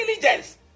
diligence